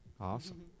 awesome